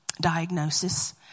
diagnosis